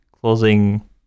closing